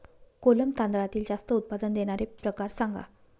कोलम तांदळातील जास्त उत्पादन देणारे प्रकार सांगा